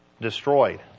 destroyed